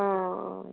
অঁ অঁ